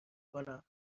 کنم